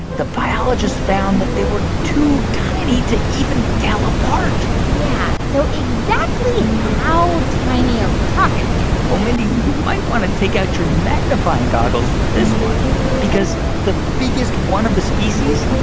the biologists found that they were too tiny to even tell apart yeah. so exactly how tiny are we talking here? well, mindy, you might want to take out your magnifying goggles for this one because the biggest one of the species,